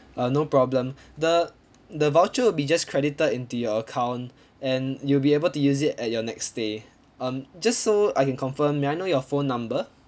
uh no problem the the voucher will be just credited into your account and you'll be able to use it at your next stay um just so I can confirm may I know your phone number